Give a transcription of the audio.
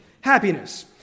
happiness